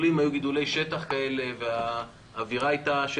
חלק מהמגדלים אמרו לי שעיקר הבעיה היא בעצם